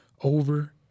over